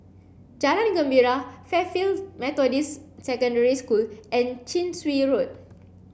Jalan Gembira Fairfield Methodist Secondary School and Chin Swee Road